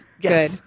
Good